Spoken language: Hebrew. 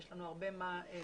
יש לנו הרבה מה להציג.